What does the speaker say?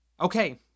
Okay